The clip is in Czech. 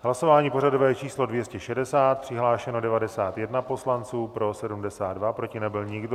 Hlasování pořadové číslo 260, přihlášeno 91 poslanců, pro 72, proti nebyl nikdo.